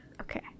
okay